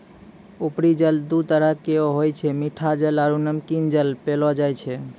उपरी जल दू तरह केरो होय छै मीठा जल आरु नमकीन जल पैलो जाय छै